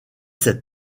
cet